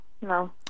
no